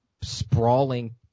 sprawling